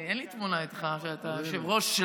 אין לי תמונה איתך שאתה יושב-ראש,